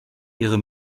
ihre